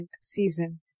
season